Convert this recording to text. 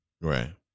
Right